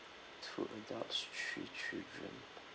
two adults three children